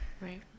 Right